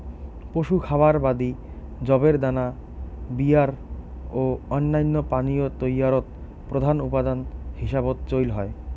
পশু খাবার বাদি যবের দানা বিয়ার ও অইন্যান্য পানীয় তৈয়ারত প্রধান উপাদান হিসাবত চইল হয়